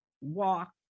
walk